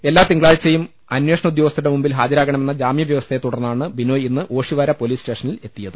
എല്ലാ തിങ്കളാഴ്ചയും അന്വേഷണ ഉദ്യോഗസ്ഥരുടെ മുന്നിൽ ഹാജരാകണമെന്ന ജാമ്യ വ്യവസ്ഥയെ തുടർന്നാണ് ബിനോയ് ഇന്ന് ഓഷിവാര പൊലീസ് സ്റ്റേഷനിൽ എത്തിയത്